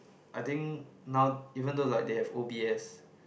I think now even though like they have o_b_s